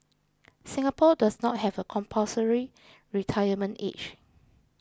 Singapore does not have a compulsory retirement age